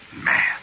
Man